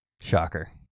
shocker